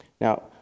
Now